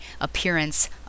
appearance